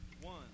one